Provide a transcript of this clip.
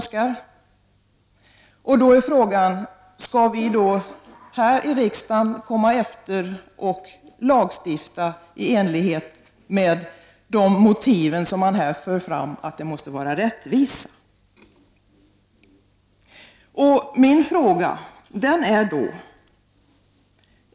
Skall vi då komma in efteråt och lagstifta i enlighet med de motiv som här förs fram, att det måste vara rättvist?